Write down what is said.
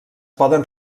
poden